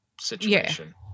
situation